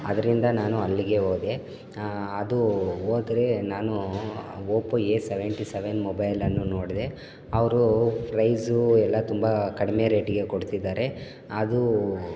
ಆದ್ರಿಂದ ನಾನು ಅಲ್ಲಿಗೆ ಹೋದೆ ಅದು ಹೋದ್ರೆ ನಾನು ಓಪೋ ಎ ಸೆವೆಂಟಿ ಸೆವೆನ್ ಮೊಬೈಲನ್ನು ನೋಡಿದೆ ಅವರು ಫ್ರೈಸು ಎಲ್ಲ ತುಂಬ ಕಡಿಮೆ ರೇಟಿಗೆ ಕೊಡ್ತಿದರೆ ಅದು